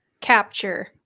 capture